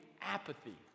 apathy